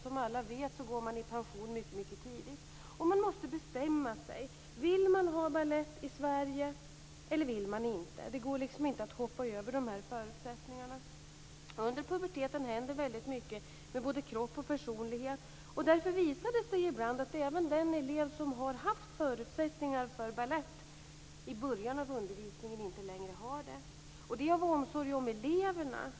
Som alla vet går dansare i pension mycket tidigt. Man måste bestämma sig. Vill man ha balett i Sverige, eller vill man det inte. Det går inte att hoppa över dessa förutsättningar. Under puberteten händer väldigt mycket med både kropp och personlighet. Därför visar det sig ibland att även den elev som har haft förutsättningar för balett i början av undervisningen inte längre har det. Det gäller omsorg om eleverna.